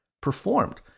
performed